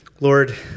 Lord